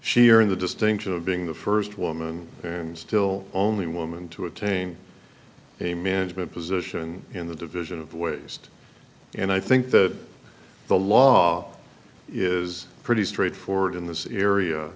she are in the distinction of being the first woman and still only woman to attain a management position in the division of waste and i think that the law is pretty straightforward in this area